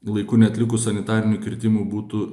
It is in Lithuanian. laiku neatlikus sanitarinių kirtimų būtų